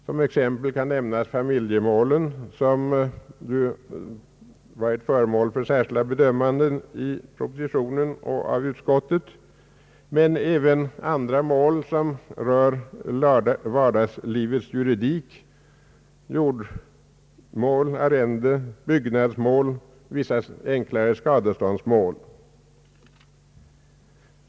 Som exempel kan nämnas familjemålen, som ju har varit föremål för särskild uppmärksamhet i propositionen och av utskottet, men även andra mål som rör vardagslivets juridik — jordmål, arrende, byggnadsmål, vissa enklare skadeståndsmål.